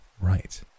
right